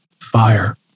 fire